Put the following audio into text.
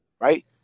Right